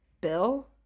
bill